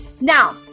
now